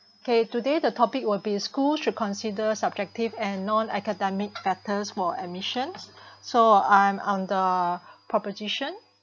okay today the topic will be school should consider subjective and non-academic factors for admissions so I'm on the proposition